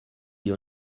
die